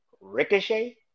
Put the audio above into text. Ricochet